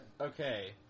Okay